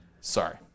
Sorry